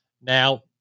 Now